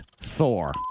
Thor